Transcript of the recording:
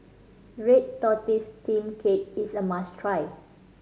red tortoise steamed cake is a must try